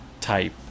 type